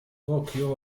طوكيو